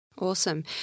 Awesome